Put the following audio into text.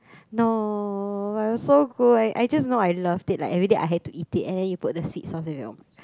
no but it was so good I I just know I loved it like everyday I had to eat it and then you put the sweet sauce then you'll be like